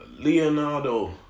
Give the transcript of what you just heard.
Leonardo